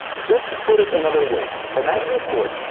just to put it another way, imagine a court,